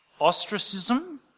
ostracism